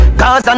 cause